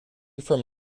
from